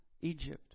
Egypt